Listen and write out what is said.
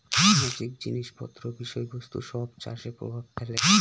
সামাজিক জিনিস পত্র বিষয় বস্তু সব চাষে প্রভাব ফেলে